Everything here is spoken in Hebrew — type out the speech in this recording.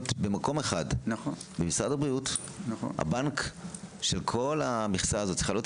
במקום אחד: במשרד הבריאות שהוא הבנק של כל המכסה הזאת.